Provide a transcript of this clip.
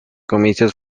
comicios